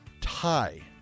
tie